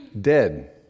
dead